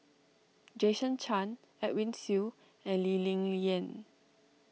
Jason Chan Edwin Siew and Lee Ling Yen